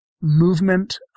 movement